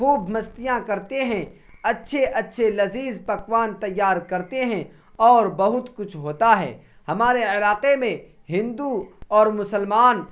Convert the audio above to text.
خوب مستیاں کرتے ہیں اچھے اچھے لذیذ پکوان تیار کرتے ہیں اور بہت کچھ ہوتا ہے ہمارے علاقے میں ہندو اور مسلمان